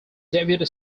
deputy